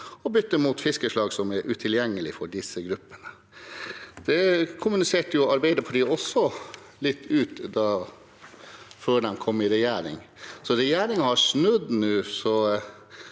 og bytter mot fiskeslag som er utilgjengelig for disse gruppene. Det kommuniserte også Arbeiderpartiet før de kom i regjering, men regjeringen har nå snudd og